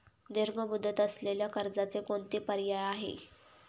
दीर्घ मुदत असलेल्या कर्जाचे कोणते पर्याय आहे?